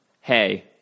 hey